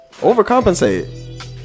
overcompensate